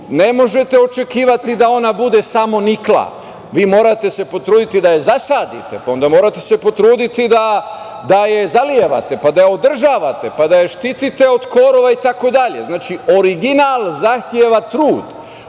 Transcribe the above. ne možete očekivati da ona bude samonikla. Vi se morate potruditi da je zasadite, pa se onda morate potruditi da je zalivate, pa da je održavate, pa da je štitite od korova, itd. Znači, original zahteva trud,